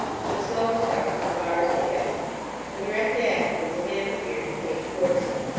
for the cell was dark and the bars were heavy and directly afterwards, a man appeared, and came towards him.